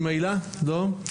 לא.